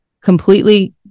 completely